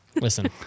Listen